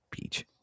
Beach